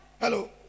Hello